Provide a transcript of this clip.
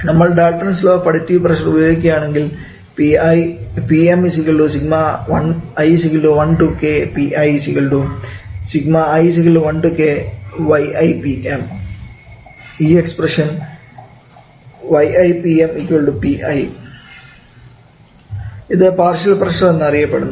നമ്മൾ Dalton's law of additive pressure ഉപയോഗിക്കുകയാണെങ്കിൽ ഈ എക്സ്പ്രഷൻ 𝑦𝑖 𝑃𝑚 𝑃𝑖 ഇത് പാർഷ്യൽ പ്രഷർ എന്നും അറിയപ്പെടുന്നു